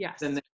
Yes